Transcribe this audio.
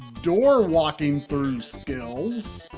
door walking-through, skillz.